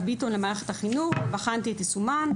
ביטון למערכת החינוך ובחנתי את יישומן.